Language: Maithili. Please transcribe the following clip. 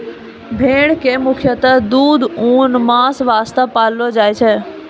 भेड़ कॅ मुख्यतः दूध, ऊन, मांस वास्तॅ पाललो जाय छै